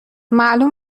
معلوم